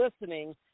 listening